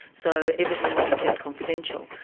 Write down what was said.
so everything will be kept confidential.